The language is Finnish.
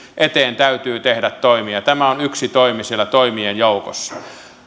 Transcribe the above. eteen täytyy tehdä toimia tämä on yksi toimi siellä toimien joukossa